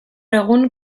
egun